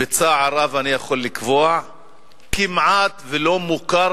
בצער רב אני יכול לקבוע שכמעט לא מוכר